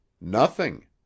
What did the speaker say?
Nothing